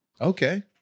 Okay